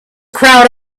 crowd